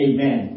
Amen